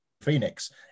Phoenix